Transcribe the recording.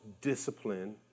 discipline